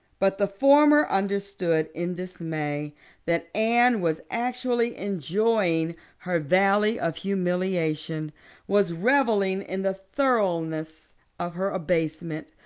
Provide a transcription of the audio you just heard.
but the former under-stood in dismay that anne was actually enjoying her valley of humiliation was reveling in the thoroughness of her abasement.